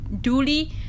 duly